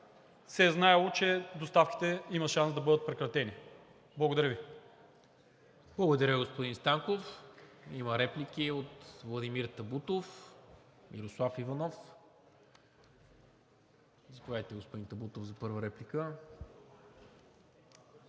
се е знаело, че доставките има шанс да бъдат прекратени. Благодаря Ви. ПРЕДСЕДАТЕЛ НИКОЛА МИНЧЕВ: Благодаря, господин Станков. Има реплики от Владимир Табутов, Мирослав Иванов. Заповядайте, господин Табутов, за първа реплика.